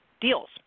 deals